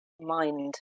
mind